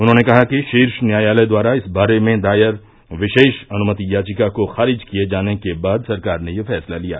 उन्होंने कहा कि शीर्ष न्यायालय द्वारा इस बारे में दायर विशेष अनुमति याचिका को खारिज किये जाने के बाद सरकार ने ये फैसला लिया